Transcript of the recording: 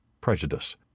prejudice